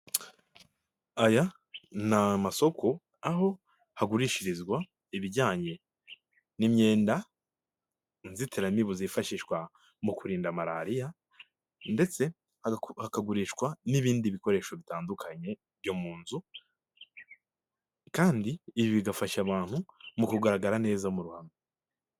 Aya n'amasoko aho hagurishirizwa ibijyanye n'imyenda, inzitiramibu zifashishwa mu kurinda malariya ndetse hakagurishwa n'ibindi bikoresho bitandukanye byo mu nzu, kandi ibi bigafasha abantu mu kugaragara neza mu ruhame.